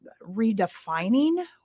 redefining